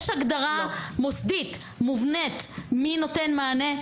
יש הגדרה מוסדית, מובנית, מי נותן מענה.